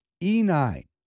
E9